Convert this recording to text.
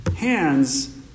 Hands